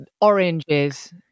oranges